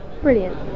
Brilliant